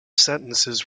sentences